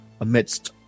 amidst